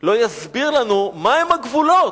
לא יסביר לנו מהם הגבולות.